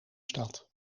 stad